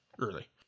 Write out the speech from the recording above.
Early